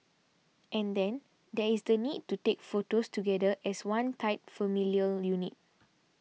and then there is the need to take photos together as one tight familial unit